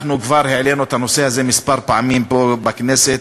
כבר העלינו את הנושא הזה כמה פעמים פה בכנסת,